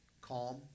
calm